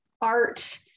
art